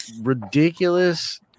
ridiculous